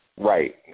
Right